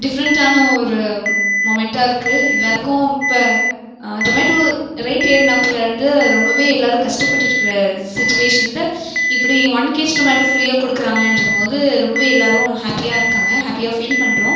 டிஃப்ரெண்ட்டான ஒரு மொமெண்ட்டாக இருக்குது எல்லாேருக்கும் இப்போ டொமேட்டோ ரேட் ஏறுனாப்பில் இருந்து ரொம்பவே எல்லாேரும் கஷ்டப்பட்டுட்டு இருக்கிற சுச்சிவேஷனில் இப்படி ஒன் கேஜி டொமேட்டோ ஃப்ரீயாக கொடுக்குறாங்கன்ற போது ரொம்பவே எல்லாேரும் ஹாப்பியாக இருக்காங்க ஹாப்பியாக ஃபீல் பண்ணுறோம்